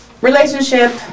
relationship